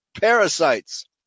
parasites